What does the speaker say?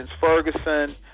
Ferguson